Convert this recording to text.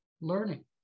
learning